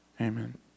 Amen